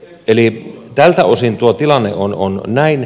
eli tältä osin tuo tilanne on näin